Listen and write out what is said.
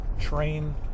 train